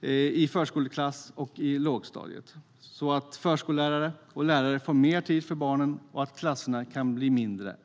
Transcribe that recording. i förskoleklass och lågstadiet, så att förskollärare och lärare får mer tid för barnen och så att klasserna kan bli mindre.